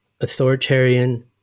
authoritarian